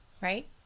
right